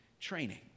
training